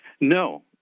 No